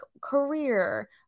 career